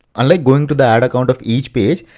unlike going to the ads account of each page,